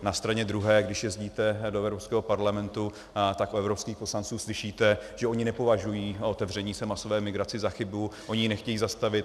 Na straně druhé když jezdíte do Evropského parlamentu, tak u evropských poslanců slyšíte, že oni nepovažují otevření se masové migraci za chybu, oni ji nechtějí zastavit.